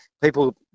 people